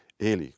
ele